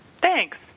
Thanks